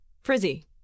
Frizzy